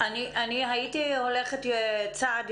היום מתעכבות ההחלטות שלהם,